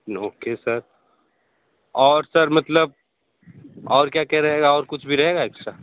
okay sir और sir मतलब और क्या क्या रहेगा और कुछ भी रहेगा एक्स्ट्रा